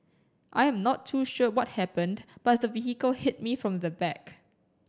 I am not too sure what happened but the vehicle hit me from the back